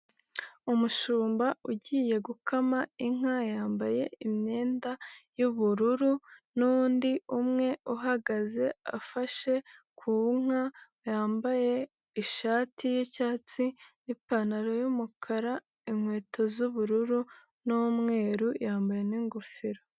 Umushumba ugiye gukama inka yambaye imyenda y'ubururu n'undi umwe uhagaze afashe ku nka yambaye ishati y'icyatsi n'ipantaro y'umukara, inkweto z'ubururu n'umweru, yambaye n'ingofero.